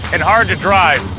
and hard to drive.